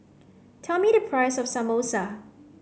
tell me the price of Samosa